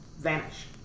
Vanish